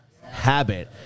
habit